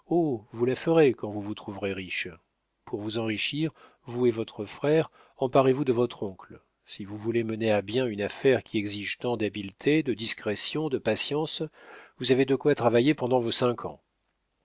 vous la ferez quand vous vous trouverez riche pour vous enrichir vous et votre frère emparez vous de votre oncle si vous voulez mener à bien une affaire qui exige tant d'habileté de discrétion de patience vous avez de quoi travailler pendant vos cinq ans